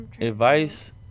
Advice